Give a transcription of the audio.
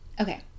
Okay